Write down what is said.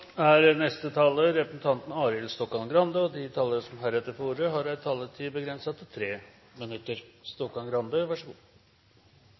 De talere som heretter får ordet, har en taletid begrenset til 3 minutter.